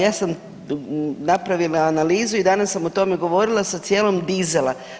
Ja sam napravila analizu i danas sam o tome govorila sa cijenom dizela.